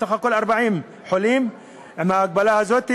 סך הכול 40 חולים עם ההגבלה הזאת,